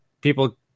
people